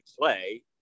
play